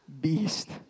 Beast